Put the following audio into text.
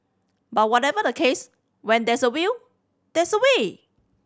but whatever the case when there's a will there's a way